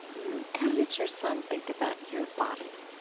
how does your son think about your body?